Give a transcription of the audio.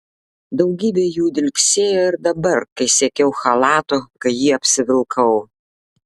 daugybė jų dilgsėjo ir dabar kai siekiau chalato kai jį apsivilkau